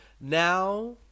now